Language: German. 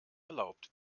erlaubt